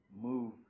move